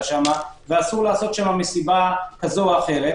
ואסור לעשות שם מסיבה כזו או אחרת,